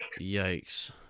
Yikes